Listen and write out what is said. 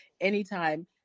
Anytime